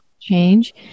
change